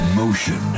motion